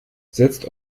setzt